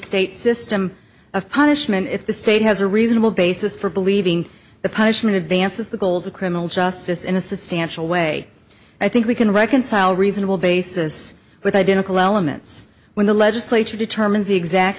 state system of punishment if the state has a reasonable basis for believing the punishment advances the goals of criminal justice in a substantial way i think we can reconcile reasonable basis with identical elements when the legislature determines the exact